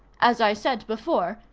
as i said before,